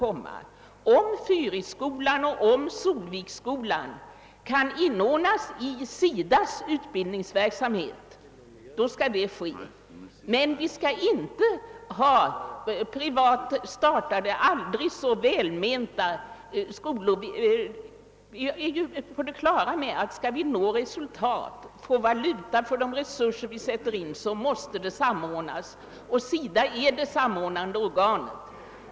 Om Fyrisskolan och Solviksskolan kan inordnas i SIDA:s utbildningsverksamhet skall detta även ske. Men vi skall inte ha privat startade aldrig så välmenta skolor. Vi är på det klara med att om vi skall nå resultat och verkligen få valuta för de resurser vi sätter in, måste åtgärderna samordnas. SIDA är det sam ordnande organet.